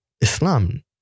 Islam